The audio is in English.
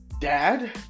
Dad